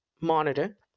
monitor